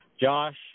Josh